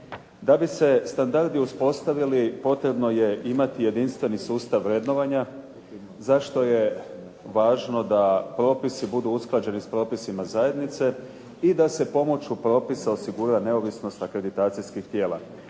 Da bi se standardi uspostavili potrebno je imati jedinstveni sustav vrednovanja zašto je važno da propisi budu usklađeni sa propisima zajednice i da se pomoću propisa osigura neovisnost akreditacijskih tijela.